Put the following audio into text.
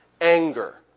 anger